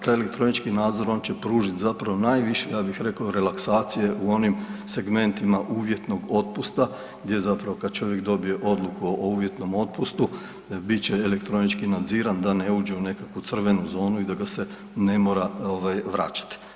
Taj elektronički nadzor on će pružiti zapravo najviše ja bih rekao relaksacije u onim segmentima uvjetnog otpusta gdje zapravo kad čovjek dobije odluku o uvjetnom otpustu bit će elektronički nadziran da ne uđe u nekakvu crvenu zonu i da ga se ne mora ovaj vraćati.